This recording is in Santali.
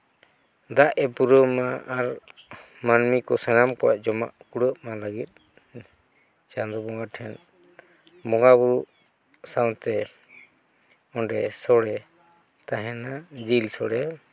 ᱫᱟᱜᱼᱮ ᱯᱩᱨᱟᱹᱣᱢᱟ ᱟᱨ ᱢᱟᱹᱱᱢᱤ ᱠᱚ ᱥᱟᱱᱟᱢ ᱠᱚᱣᱟᱜ ᱡᱚᱢᱟᱜ ᱠᱩᱲᱟᱹᱜ ᱢᱟ ᱞᱟᱹᱜᱤᱫ ᱪᱟᱸᱫᱚ ᱵᱚᱸᱜᱟ ᱴᱷᱮᱱ ᱵᱚᱸᱜᱟ ᱵᱩᱨᱩᱜ ᱥᱟᱶᱛᱮ ᱚᱸᱰᱮ ᱥᱚᱲᱮ ᱛᱟᱦᱮᱱᱟ ᱡᱤᱞ ᱥᱚᱲᱮ